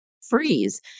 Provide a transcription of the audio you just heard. freeze